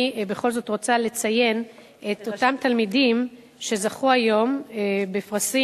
אני בכל זאת רוצה לציין את אותם תלמידים שזכו היום בפרסים,